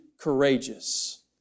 courageous